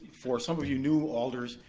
for some of you new alders,